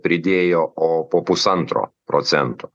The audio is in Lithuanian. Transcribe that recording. pridėjo o po pusantro procento